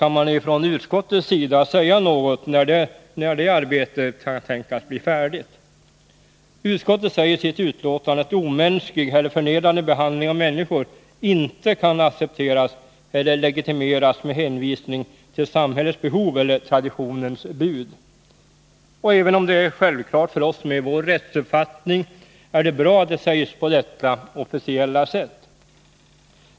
Kan man från utskottets sida säga något om när dess arbete kan tänkas bli färdigt? Utskottet säger i sitt betänkande att omänsklig eller förnedrande behandling av människor inte kan accepteras eller legitimeras med hänvisning till samhällets behov eller traditionens bud. Även om det är självklart för oss med vår rättsuppfattning, är det bra att det sägs på detta officiella sätt.